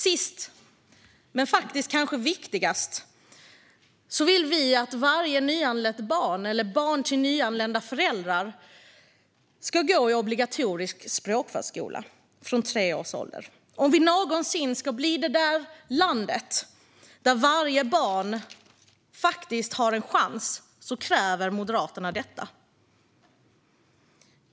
Till sist - det är kanske det viktigaste - vill vi att varje nyanlänt barn eller barn till nyanlända föräldrar ska gå i obligatorisk språkförskola från tre års ålder. För att Sverige någonsin ska kunna bli det där landet där varje barn har en chans kräver Moderaterna detta.